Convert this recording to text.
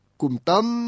kumtam